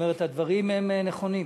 זאת אומרת, הדברים הם נכונים.